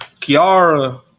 Kiara